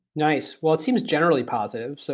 nice. what seems generally positive. so